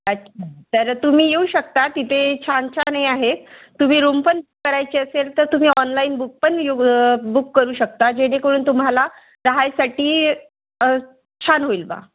अच्छा तर तुम्ही येऊ शकता तिथे छान छान हे आहेत तुम्ही रूम पण करायची असेल तर तुम्ही ऑनलाईन बुक पण बुक करू शकता जेणेकरून तुम्हाला राहायसाठी छान होईल बा